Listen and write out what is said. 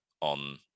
on